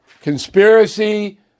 conspiracy